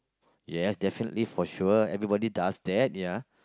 yes definitely for sure everybody does that ya